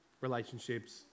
relationships